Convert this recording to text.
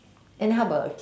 and how about a kid